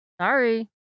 sorry